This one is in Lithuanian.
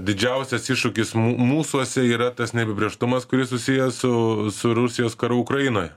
didžiausias iššūkis mūsuose yra tas neapibrėžtumas kuris susijęs su su rusijos karu ukrainoje